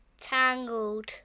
Tangled